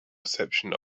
reception